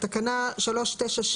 בתקנות מסוימות,